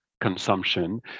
consumption